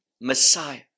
Messiah